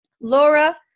Laura